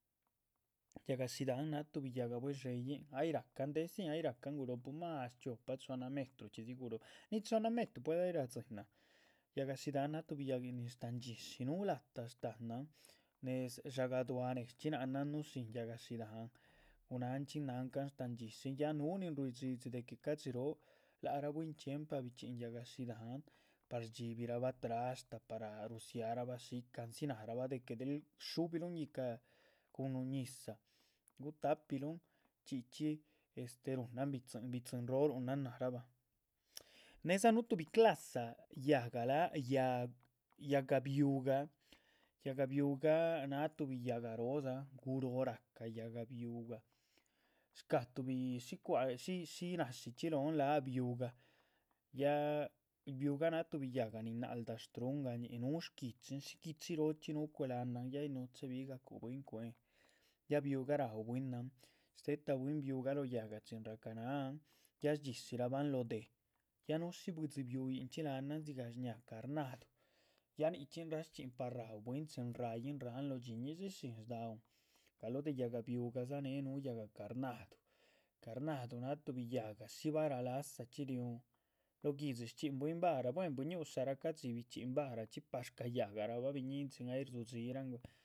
Yáhga shidahán náh tuhbi yáhga buedeyihn ay rácahn dé sin ay ráhcan guróh puhmas chiopa chohnna metruchxidzi guróhn, ni chohnna metru pue ay radzinahan. yáhga shidahán náha tuhbi yáhguin nin shtáhan dxishi nuhu látah shtanáhn néz shaga´dua nezchxi náhanan núh shín yáhga shidahán gunanchxín nancahan shtahan. dishín ya núhu nin ruidhxidxi de que ca´dxi róo lác raa bwín chxiempa bichxín yáhga shidahán par shdxibihrabha trashta para rudziarabah shica´ andzi náharabah. de que del shubiluhn yíhcal cun núhun ñizah guta´piluhun chxí chxí este, ruhunan bi´dzinroo ruhunan nahrabah, nedza núhu tuhbi clasa yáhga láhac yáhga biugáh,. yáhga biugáh náh tuhbi yáhga roo dza´ guróh rahca yáhga biugáh shca´ tuhbi shí náshichxi lóhon láhac biugah ya biugah náha tuhbi yáhga nin náldac. shtrungañih núhu shguichin shi guichirochxi núhu cuelahanan ya ay núhu chebigahl cuehn, ya biugáh raú bwínahn, shtétah bwín biugáh lóh yáhga chin rahca náhan. ya shdxishirabahn lóh déh, ya núhu shí buidzi biuyinchxi láhanan dzigah shñaha carnaduh ya nichxínraa shchxin par raú bwín chin raýihn ráhan lóh dhxí ñi´dxi shín. shda´un galóh de yáhga biugáh néh núhu yáhga carnadu carnadu náha tuhbi yáhga shi vara lazaachxi riuhun lóh guihdxi shcxhín bwin vara buen bui´ñusharaa ca´dxi bichxínahn. varachxi par shcayáhgaraabah biñín chin ay rdzudxiranguhl